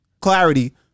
clarity